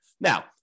Now